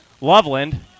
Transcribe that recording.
Loveland